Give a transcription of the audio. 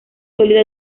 sólida